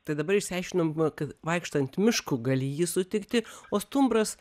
tai dabar išsiaiškinom kad vaikštant mišku gali jį sutikti o stumbras